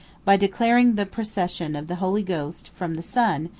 by declaring the procession of the holy ghost from the son,